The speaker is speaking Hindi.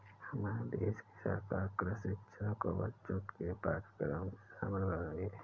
हमारे देश की सरकार कृषि शिक्षा को बच्चों के पाठ्यक्रम में शामिल कर रही है